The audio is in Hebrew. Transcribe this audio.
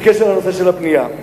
בקשר לנושא של הבנייה,